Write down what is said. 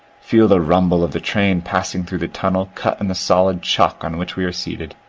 feel the rumble of the train passing through the tunnel cut in the solid chalk on which we are seated.